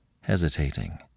hesitating